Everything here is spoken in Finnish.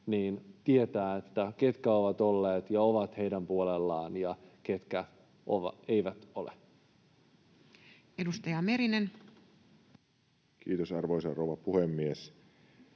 tietävät, ketkä ovat olleet ja ovat heidän puolellaan ja ketkä eivät ole. Edustaja Merinen. Kiitos, arvoisa rouva puhemies!